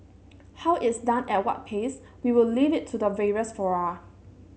how it's done at what pace we will leave it to the various fora